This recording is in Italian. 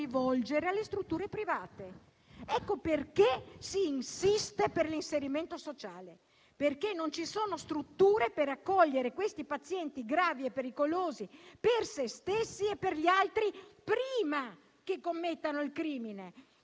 alle strutture private. Ecco perché si insiste per l'inserimento sociale, perché non ci sono strutture per accogliere questi pazienti gravi e pericolosi, per se stessi e per gli altri, prima che commettano il crimine